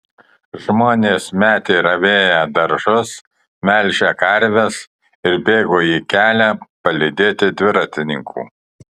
žmonės metė ravėję daržus melžę karves ir bėgo į kelią palydėti dviratininkų